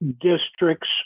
districts